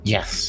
Yes